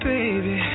Baby